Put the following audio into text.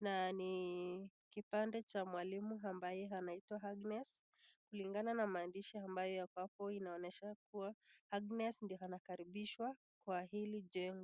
Na ni kipande cha mwalimu ambaye anaitwa Agnes; kulingana na maandishi ambayo yako hapo inaonyesha kuwa Agnes ndiye anakaribishwa kwa hili jengo.